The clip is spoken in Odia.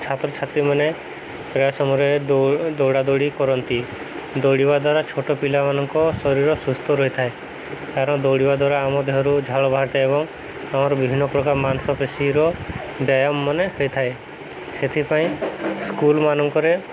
ଛାତ୍ରଛାତ୍ରୀମାନେ ପ୍ରାୟ ସମୟରେ ଦୌଡ଼ା ଦୌଡ଼ି କରନ୍ତି ଦୌଡ଼ିବା ଦ୍ୱାରା ଛୋଟ ପିଲାମାନଙ୍କ ଶରୀର ସୁସ୍ଥ ରହିଥାଏ କାରଣ ଦୌଡ଼ିବା ଦ୍ୱାରା ଆମ ଦେହରୁ ଝାଳ ବାହାରିଥାଏ ଏବଂ ଆମର ବିଭିନ୍ନପ୍ରକାର ମାଂସପେଶୀର ବ୍ୟାୟାମ ମାନେ ହୋଇଥାଏ ସେଥିପାଇଁ ସ୍କୁଲ୍ମାନଙ୍କରେ